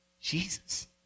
Jesus